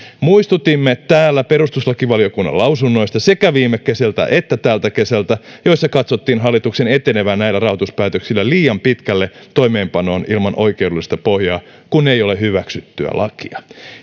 muistutimme täällä perustuslakivaliokunnan lausunnoista sekä viime kesältä että tältä kesältä joissa katsottiin hallituksen etenevän näillä rahoituspäätöksillä liian pitkälle toimeenpanoon ilman oikeudellista pohjaa kun ei ole hyväksyttyä lakia